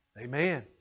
amen